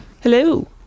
Hello